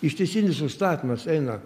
ištisinis užstatymas eina